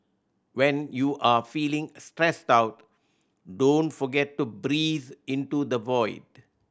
when you are feeling a stressed out don't forget to breathe into the void